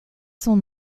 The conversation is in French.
son